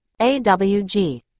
AWG